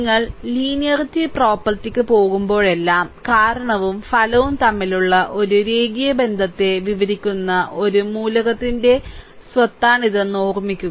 നിങ്ങൾ ലീനിയറിറ്റി പ്രോപ്പർട്ടിക്ക് പോകുമ്പോഴെല്ലാം കാരണവും ഫലവും തമ്മിലുള്ള ഒരു രേഖീയ ബന്ധത്തെ വിവരിക്കുന്ന ഒരു മൂലകത്തിന്റെ സ്വത്താണിതെന്ന് ഓർമ്മിക്കുക